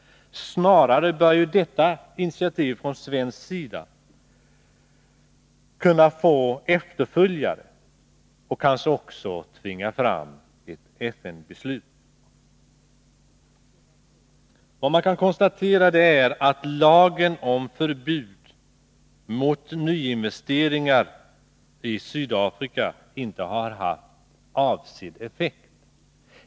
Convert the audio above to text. Snarare bör detta initiativ från svensk sida kunna få efterföljare och kanske också tvinga fram ett FN-beslut. Man kan konstatera att lagen om förbud mot nyinvesteringar i Sydafrika inte har haft avsedd verkan.